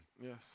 Yes